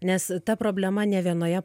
nes ta problema ne vienoje